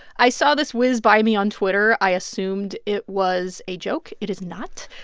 i saw this whiz by me on twitter. i assumed it was a joke. it is not.